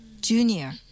junior